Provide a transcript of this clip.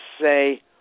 say